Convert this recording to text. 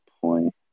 point